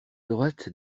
droite